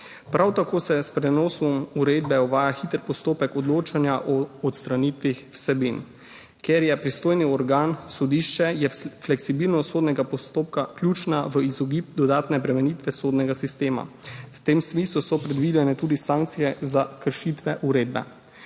Prav tako se s prenosom uredbe uvaja hiter postopek odločanja o odstranitvi vsebin. Ker je pristojni organ sodišče, je fleksibilnost sodnega postopka ključna v izogib dodatne bremenitve sodnega sistema. V tem smislu so predvidene tudi sankcije za kršitve uredbe.